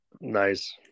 Nice